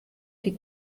die